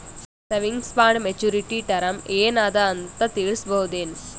Savings bond maturity term ಏನ ಅದ ಅಂತ ತಿಳಸಬಹುದೇನು?